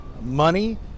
money